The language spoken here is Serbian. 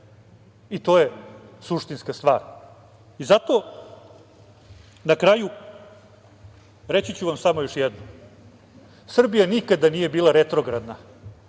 i to je suštinska stvar. Na kraju, reći ću vam samo još jedno, Srbija nikada nije bila retrogradna,